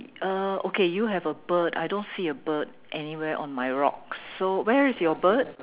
uh okay you have a bird I don't see a bird anywhere on my rocks so where is your bird